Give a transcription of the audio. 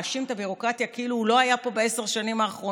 הוא מאשים את הביורוקרטיה כאילו הוא לא היה פה בעשר השנים האחרונות,